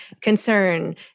concern